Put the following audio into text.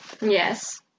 Yes